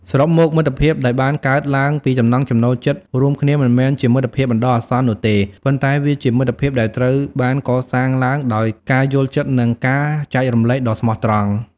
សរុបមក មិត្តភាពដែលបានកើតឡើងពីចំណង់ចំណូលចិត្តរួមគ្នាមិនមែនជាមិត្តភាពបណ្ដោះអាសន្ននោះទេ ប៉ុន្តែវាជាមិត្តភាពដែលត្រូវបានកសាងឡើងដោយការយល់ចិត្តនិងការចែករំលែកដ៏ស្មោះត្រង់។